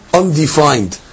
undefined